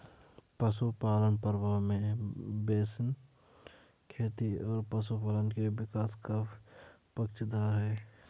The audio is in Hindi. पशुपालन प्रभाव में बेसिन खेती और पशुपालन के विकास का पक्षधर है